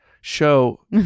show